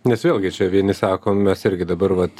nes vėlgi čia vieni sakom mes irgi dabar vat